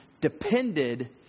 depended